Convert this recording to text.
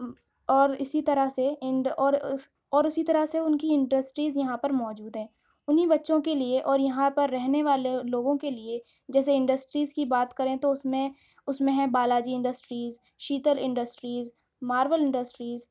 اور اسی طرح سے اینڈ اور اسی طرح سے ان کی انڈسٹریز یہاں پر موجود ہیں انہیں بچوں کے لیے اور یہاں پر رہنے والے لوگوں کے لیے جیسے انڈسٹریز کی بات کریں تو اس میں اس میں ہے Balaji industries Sheetal industries Marvel industries